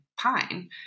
Pine